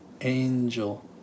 angel